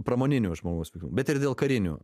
pramoninio žmogaus bet ir dėl karinių